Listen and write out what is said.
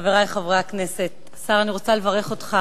חברי חברי הכנסת, השר, אני רוצה לברך אותך.